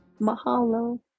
Mahalo